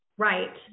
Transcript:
Right